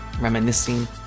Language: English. reminiscing